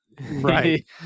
Right